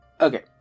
Okay